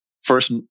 first